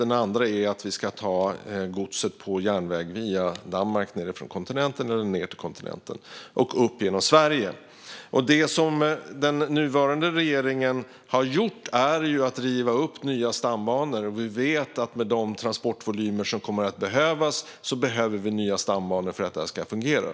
En annan är att ta godset på järnväg via Danmark nedifrån kontinenten, ned till kontinenten eller upp genom Sverige. Den nuvarande regeringen har rivit upp beslutet om nya stambanor, men vi vet att med de transportvolymer som behövs kommer det att krävas nya stambanor för att det ska fungera.